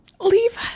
leave